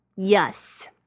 Yes